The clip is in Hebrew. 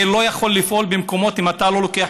זה לא יכול לפעול במקומות אם אתה לא לוקח